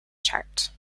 chart